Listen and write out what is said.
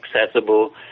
accessible